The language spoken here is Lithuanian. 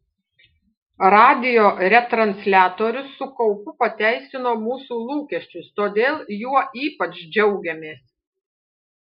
radijo retransliatorius su kaupu pateisino mūsų lūkesčius todėl juo ypač džiaugiamės